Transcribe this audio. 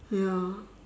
ya